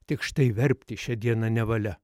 tik štai verpti šią dieną nevalia